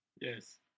Yes